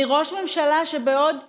מראש ממשלה שבעוד שבועיים,